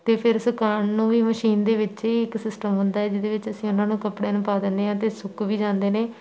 ਅਤੇ ਫਿਰ ਸੁਕਾਉਣ ਨੂੰ ਵੀ ਮਸ਼ੀਨ ਦੇ ਵਿੱਚ ਹੀ ਇੱਕ ਸਿਸਟਮ ਹੁੰਦਾ ਏ ਜਿਹਦੇ ਵਿੱਚ ਅਸੀਂ ਉਹਨਾਂ ਨੂੰ ਕੱਪੜਿਆਂ ਨੂੰ ਪਾ ਦਿੰਦੇ ਹਾਂ ਅਤੇ ਸੁੱਕ ਵੀ ਜਾਂਦੇ ਨੇ